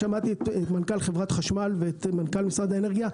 שמעתי את מנכ"ל חברת החשמל ואת מנכ"ל משרד האנרגיה.